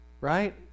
right